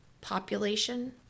population